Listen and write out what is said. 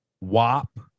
wop